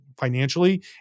financially